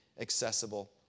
accessible